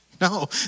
No